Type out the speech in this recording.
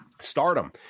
Stardom